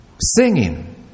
singing